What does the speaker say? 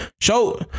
Show